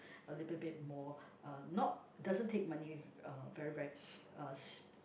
a little bit more uh not doesn't take money uh very very uh s~